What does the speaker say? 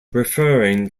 referring